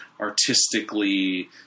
artistically